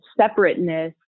separateness